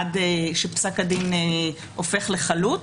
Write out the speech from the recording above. עד שפסק הדין הופך לחלוט,